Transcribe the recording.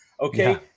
Okay